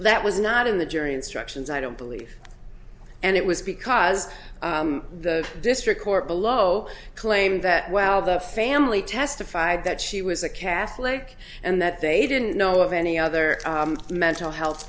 that was not in the jury instructions i don't believe and it was because the district court below claimed that well the family testified that she was a catholic and that they didn't know of any other mental health